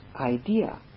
idea